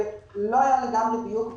ולא היה לגמרי דיוק.